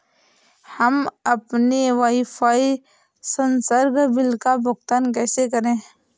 हम अपने वाईफाई संसर्ग बिल का भुगतान कैसे करें?